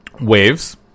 Waves